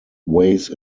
ways